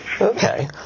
Okay